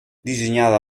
dissenyada